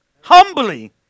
Humbly